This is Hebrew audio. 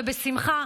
ובשמחה,